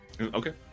Okay